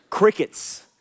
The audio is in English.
crickets